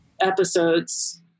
episodes